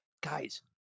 guys